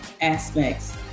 aspects